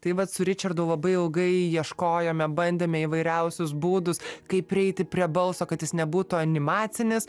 tai vat su ričardu labai ilgai ieškojome bandėme įvairiausius būdus kaip prieiti prie balso kad jis nebūtų animacinis